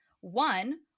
One